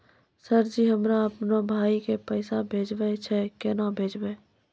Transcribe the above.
Sir ji हमरा अपनो भाई के पैसा भेजबे के छै, केना भेजबे?